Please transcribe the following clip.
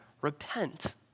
Repent